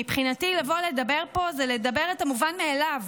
מבחינתי לבוא לדבר פה זה לדבר את המובן מאליו.